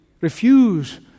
refuse